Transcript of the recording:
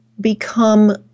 become